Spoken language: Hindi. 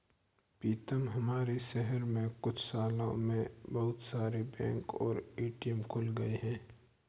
पीतम हमारे शहर में कुछ सालों में बहुत सारे बैंक और ए.टी.एम खुल गए हैं